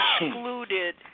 excluded